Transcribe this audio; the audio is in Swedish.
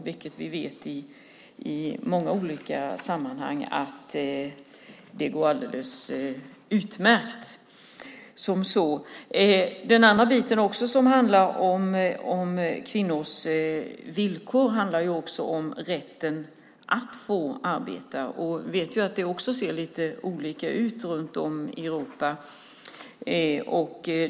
Men från många olika sammanhang vet vi att det går alldeles utmärkt. Vidare har vi det som handlar om kvinnors villkor. Där handlar det också om rätten att få arbeta. Vi vet att det ser lite olika ut runt om i Europa.